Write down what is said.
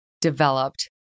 developed